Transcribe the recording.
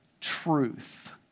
truth